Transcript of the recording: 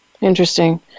Interesting